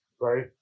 Right